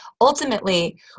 ultimately